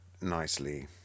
nicely